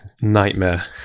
nightmare